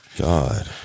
god